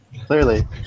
Clearly